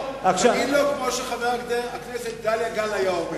תגיד לו כמו שחבר הכנסת גדליה גל היה אומר: